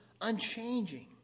unchanging